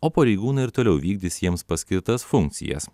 o pareigūnai ir toliau vykdys jiems paskirtas funkcijas